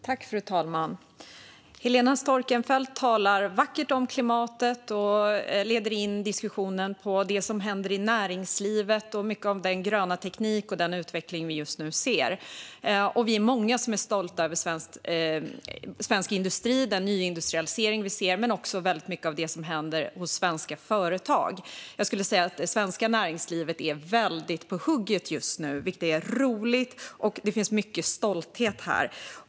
Fru talman! Helena Storckenfeldt talar vackert om klimatet och leder in diskussionen på det som händer i näringslivet och mycket av den gröna teknik och den utveckling vi just nu ser. Och vi är många som är stolta över svensk industri, den nyindustrialisering vi ser men också väldigt mycket av det som händer hos svenska företag. Jag skulle säga att det svenska näringslivet är väldigt på hugget just nu, vilket är roligt, och det finns mycket stolthet här.